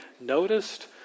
noticed